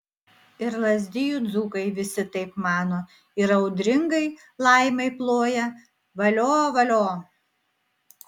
ir lazdijų dzūkai visi taip mano ir audringai laimai ploja valio valio